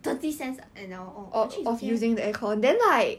thirty cents an hour oh actually it's okay leh